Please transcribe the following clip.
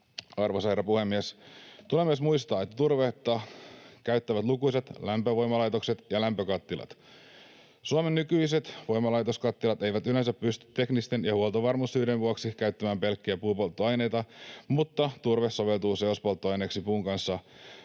Arvoisa herra puhemies! Tulee myös muistaa, että turvetta käyttävät lukuisat lämpövoimalaitokset ja lämpökattilat. Suomen nykyiset voimalaitoskattilat eivät yleensä pysty teknisten ja huoltovarmuussyiden vuoksi käyttämään pelkkiä puupolttoaineita, mutta turve soveltuu seospolttoaineeksi puun kanssa